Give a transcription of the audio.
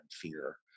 fear